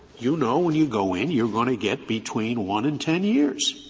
you know when you go in, you are going to get between one and ten years,